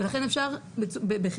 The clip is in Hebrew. ולכן אפשר בחמלה,